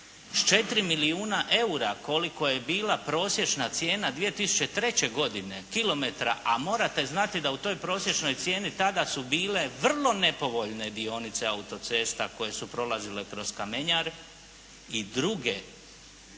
s 4 milijuna eura koliko je bila prosječna cijena 2003. godine kilometra, a morate znati da u toj prosječnoj cijeni tada su bile vrlo nepovoljne dionice autocesta koje su prolazile kroz kamenjar i druge